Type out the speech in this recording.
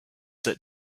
that